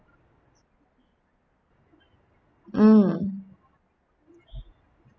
mm